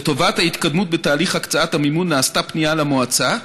לטובת ההתקדמות בתהליך הקצאת המימון נעשתה פנייה למועצה.